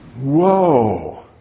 Whoa